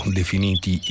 definiti